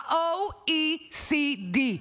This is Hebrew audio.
ה-OECD,